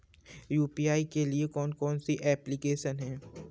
UPI के लिए कौन कौन सी एप्लिकेशन हैं?